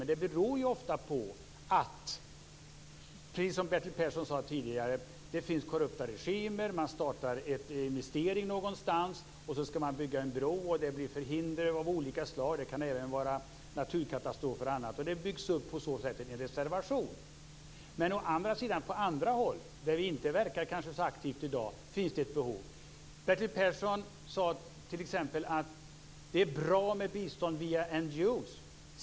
Men det beror ju ofta på - precis som Bertil Persson tidigare sade - att det finns korrupta regimer. Man startar en investering någonstans, och så skall man bygga en bro. Så blir det förhinder av olika slag - det kan även vara naturkatastrofer - och så byggs det på så sätt upp en reservation. Å andra sidan finns det ett behov på andra håll, där vi kanske inte verkar så aktivt i dag. Bertil Persson sade t.ex. att det är bra med bistånd via NGO:er.